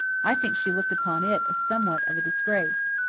i think she looked upon it as somewhat of a disgrace.